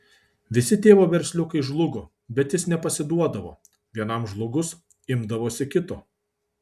visi tėvo versliukai žlugo bet jis nepasiduodavo vienam žlugus imdavosi kito